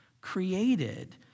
Created